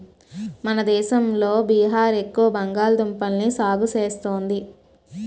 మన దేశంలో బీహార్ ఎక్కువ బంగాళదుంపల్ని సాగు చేస్తుంది